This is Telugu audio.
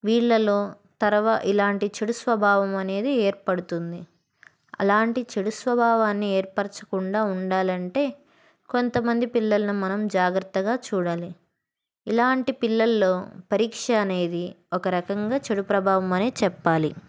వీళ్ళలో తర్వా ఇలాంటి చెడు స్వభావం అనేది ఏర్పడుతుంది అలాంటి చెడు స్వభావాన్ని ఏర్పరచకుండా ఉండాలంటే కొంతమంది పిల్లలను మనం జాగ్రత్తగా చూడాలి ఇలాంటి పిల్లల్లో పరీక్ష అనేది ఒక రకంగా చెడు ప్రభావం అనే చెప్పాలి